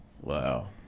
Wow